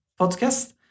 podcast